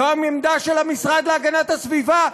זו העמדה של המשרד להגנת הסביבה,